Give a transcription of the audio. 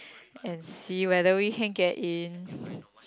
and see whether we can get in